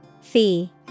Fee